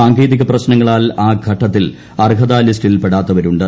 സാങ്കേതികപ്രശ്നങ്ങളാൽ ആ ഘട്ടത്തിൽ അർഹതാലിസ്റ്റിൽപ്പെടാത്തവരുണ്ട്